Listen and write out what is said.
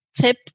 tip